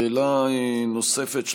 שאלה נוספת,